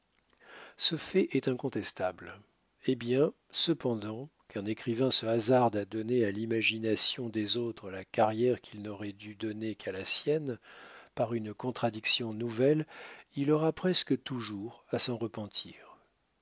ce fait est incontestable eh bien cependant qu'un écrivain se hasarde à donner à l'imagination des autres la carrière qu'il n'aurait dû donner qu'à la sienne par une contradiction nouvelle il aura presque toujours à s'en repentir